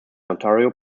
ontario